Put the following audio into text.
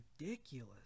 ridiculous